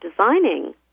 designing